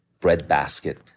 breadbasket